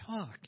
talk